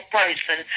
person